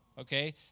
Okay